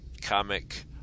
comic